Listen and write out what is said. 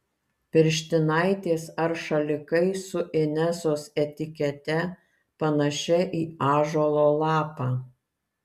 pirštinaitės ar šalikai su inesos etikete panašia į ąžuolo lapą